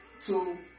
Two